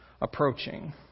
approaching